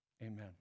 amen